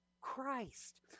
Christ